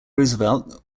roosevelt